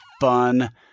fun